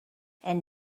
and